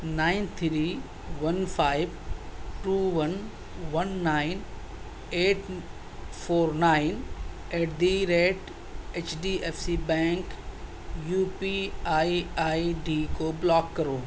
nine three one five two one one nine eight four nine eight direct H D F C bank U P I I D کو block کرو